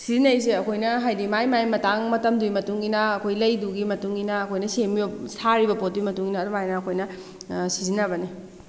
ꯁꯤꯖꯤꯟꯅꯩꯁꯦ ꯑꯩꯈꯣꯏꯅ ꯍꯥꯏꯗꯤ ꯃꯥꯏ ꯃꯥꯏ ꯃꯇꯥꯡ ꯃꯇꯝꯗꯨꯒꯤ ꯃꯇꯨꯡ ꯏꯟꯅ ꯑꯩꯈꯣꯏ ꯂꯩꯗꯨꯒꯤ ꯃꯇꯨꯡ ꯏꯟꯅ ꯑꯩꯈꯣꯏꯅ ꯁꯦꯝꯃꯤꯕ ꯁꯥꯔꯤꯕ ꯄꯣꯠꯇꯨꯏ ꯃꯇꯨꯡ ꯏꯟꯅ ꯑꯗꯨꯃꯥꯏꯅ ꯑꯩꯈꯣꯏꯅ ꯁꯤꯖꯤꯟꯅꯕꯅꯤ